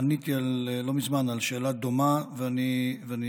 עניתי לא מזמן על שאלה דומה, ואני